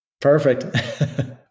perfect